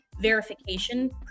verification